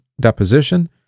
deposition